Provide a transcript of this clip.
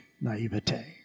naivete